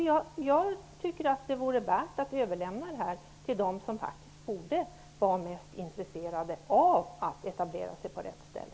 Jag tycker att det vore värt att överlämna valet till dem som faktiskt borde vara mest intresserade av att etablera sig på rätt ställe.